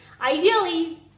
ideally